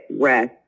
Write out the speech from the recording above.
rest